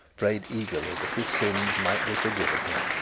prayed eagerly that his sins might be forgiven him.